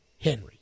Henry